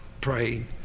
praying